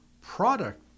product